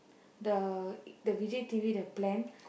the the Vijay T_V the plan